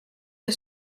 see